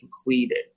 completed